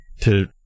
to-